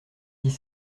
dix